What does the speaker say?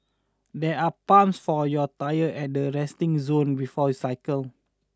there are pumps for your tyres at the resting zone before you cycle